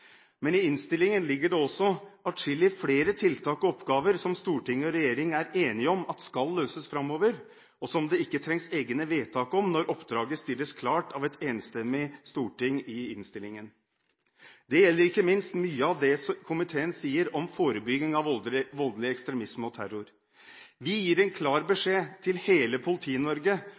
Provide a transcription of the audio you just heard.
Men i innstillingen ligger det også atskillig flere tiltak og oppgaver som storting og regjering er enige om at skal løses framover, og som det ikke trengs egne vedtak om når oppdraget stilles klart av et enstemmig storting i innstillingen. Dette gjelder ikke minst mye av det komiteen sier om forebygging av voldelig ekstremisme og terror. Vi gir en klar beskjed til hele